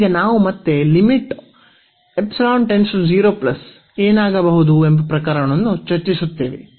ಈಗ ನಾವು ಮತ್ತೆ ಏನಾಗಬಹುದು ಎಂಬ ಪ್ರಕರಣವನ್ನು ಚರ್ಚಿಸುತ್ತೇವೆ